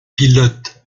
pilote